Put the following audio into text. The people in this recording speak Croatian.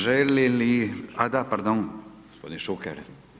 Želi li, a da, pardon, gospodin Šuker.